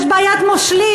יש בעיית מושלים.